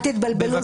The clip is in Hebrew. אל תתבלבלו,